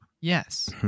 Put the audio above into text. Yes